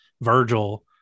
Virgil